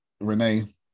Renee